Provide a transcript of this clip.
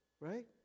right